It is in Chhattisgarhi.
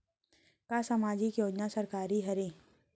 का सामाजिक योजना सरकारी हरे?